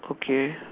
okay